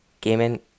Gaming